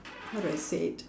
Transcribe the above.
how do I say it